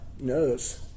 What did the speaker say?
knows